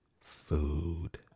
food